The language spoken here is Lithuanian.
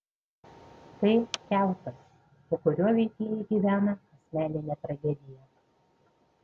tai kiautas po kuriuo veikėjai gyvena asmeninę tragediją